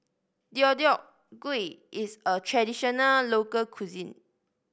Deodeok Gui is a traditional local cuisine